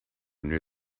near